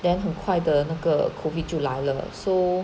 then 很快的那个 COVID 就来了 so